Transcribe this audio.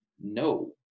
no